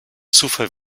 zufall